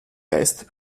test